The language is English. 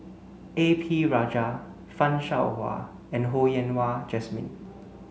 A P Rajah Fan Shao Hua and Ho Yen Wah Jesmine